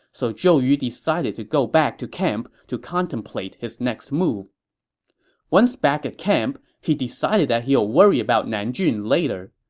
so zhou yu decided to go back to camp to contemplate his next move once back at camp, he decided that he'll worry about nanjun later.